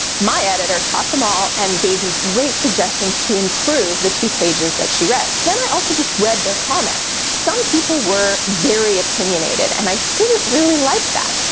my editor caught them all and gave me great suggestions to improve the two pages that she read then i also just read their comments. some people were very opinionated and i didn't really like that.